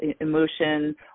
emotion